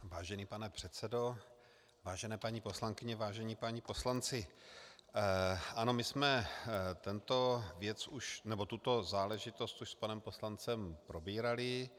Vážený pane předsedo, vážené paní poslankyně, vážení páni poslanci, ano, my jsme tuto záležitost už s panem poslancem probírali.